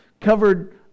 covered